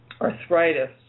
arthritis